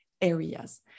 areas